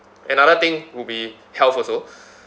another thing would be health also